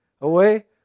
away